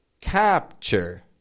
Capture